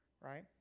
right